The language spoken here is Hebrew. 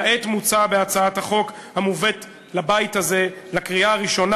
כעת מוצע בהצעת החוק המובאת לבית הזה לקריאה הראשונה,